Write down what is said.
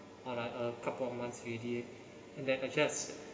or like a couple of months already then I just